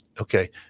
Okay